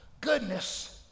Goodness